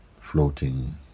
floating